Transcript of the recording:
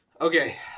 Okay